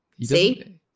See